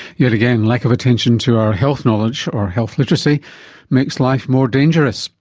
yet again, lack of attention to our health knowledge or health literacy makes life more dangerous.